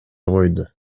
койду